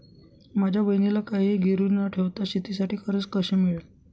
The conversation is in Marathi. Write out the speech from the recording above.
माझ्या बहिणीला काहिही गिरवी न ठेवता शेतीसाठी कर्ज कसे मिळेल?